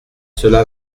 cela